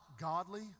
godly